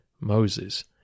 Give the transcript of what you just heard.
Moses